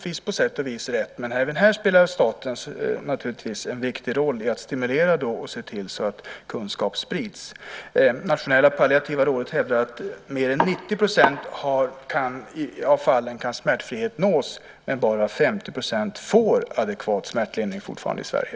Det är på sätt och vis rätt, men här har staten en viktig roll i att stimulera och se till att kunskap sprids. Nationella palliativa rådet hävdar att i mer än 90 % av fallen kan smärtfrihet nås, men fortfarande är det bara 50 % som får adekvat smärtlindring i Sverige.